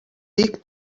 dic